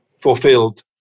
fulfilled